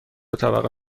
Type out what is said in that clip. طبقه